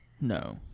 No